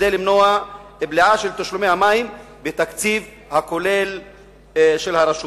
כדי למנוע "בליעה" של תשלומי המים בתקציב הכולל של הרשות.